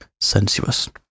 sensuous